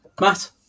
matt